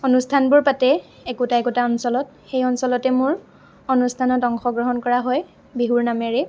অনুষ্ঠানবোৰ পাতে একোটা একোটা অঞ্চলত সেই অঞ্চলতে মোৰ অনুষ্ঠানত অংশগ্ৰহণ কৰা হয় বিহুৰ নামেৰে